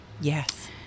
Yes